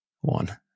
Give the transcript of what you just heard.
one